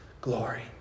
glory